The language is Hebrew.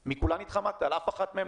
אם אתה לא מסוגל לאכוף את החרדים,